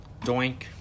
doink